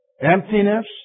Emptiness